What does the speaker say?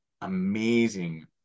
amazing